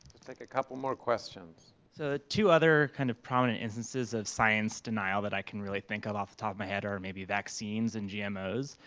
like a couple of more questions. so two other kind of prominent instances of science denial that i can really think of off the top of my head are and maybe vaccines and gmos,